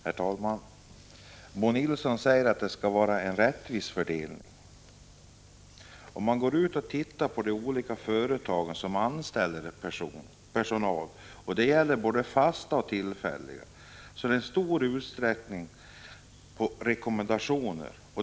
Herr talman! Bo Nilsson talade om en rättvis fördelning. Om man tittar på hur företag anställer personal — det gäller både fast och tillfällig personal — finner man att det i stor utsträckning sker på rekommendationer.